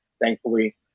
thankfully